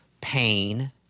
pain